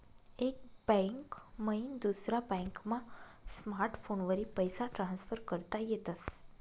एक बैंक मईन दुसरा बॅकमा स्मार्टफोनवरी पैसा ट्रान्सफर करता येतस